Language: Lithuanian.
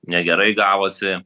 negerai gavosi